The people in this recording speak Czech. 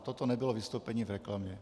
Toto nebylo vystoupení v reklamě.